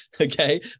okay